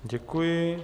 Děkuji.